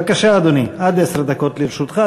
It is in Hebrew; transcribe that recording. בבקשה, אדוני, עד עשר דקות לרשותך.